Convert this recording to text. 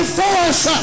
force